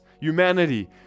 humanity